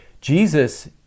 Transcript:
Jesus